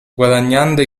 guadagnando